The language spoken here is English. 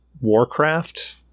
Warcraft